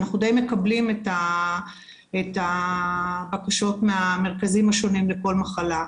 אנחנו די מקבלים את הבקשות מהמרכזים השונים לכל מחלה.